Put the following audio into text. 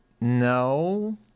No